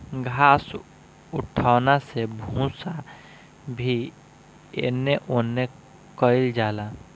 घास उठौना से भूसा भी एने ओने कइल जाला